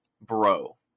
Bro